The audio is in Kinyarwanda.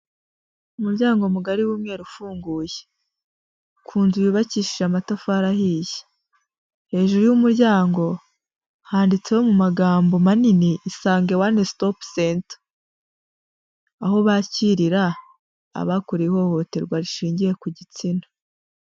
Umuryango mugari w'umweru ufunguye, ku nzu yubakishije amatafari ahiye, hejuru y'umuryango handitseho mu magambo manini: "Isange One Stop Center," aho bakirira abakorewe ihohoterwa rishingiye ku gitsina.